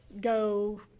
go